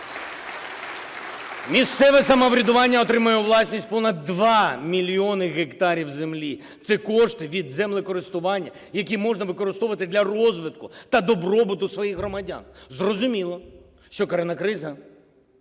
Місцеве самоврядування отримає у власність понад 2 мільйони гектарів землі. Це кошти від землекористування, які можна використовувати для розвитку та добробуту своїх громадян. Зрозуміло, що коронакриза